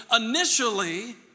initially